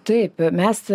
taip mes